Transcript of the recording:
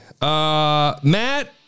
Matt